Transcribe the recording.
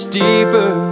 deeper